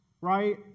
right